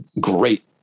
great